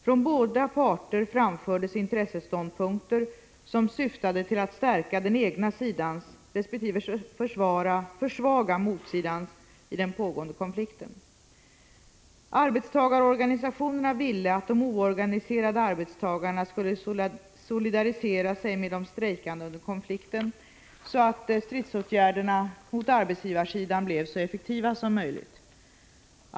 Från båda parter framfördes intresseståndpunkter som syftade till att stärka den egna sidan resp. försvaga motsidan i den pågående konflikten. Arbetstagarorganisationerna ville att de oorganiserade arbetstagarna skulle solidarisera sig med de strejkande under konflikten, så att stridsåtgärderna mot arbetsgivarsidan blev så effektiva som möjligt.